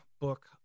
book